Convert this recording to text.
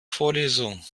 vorlesung